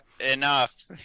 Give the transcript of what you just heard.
enough